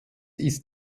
ist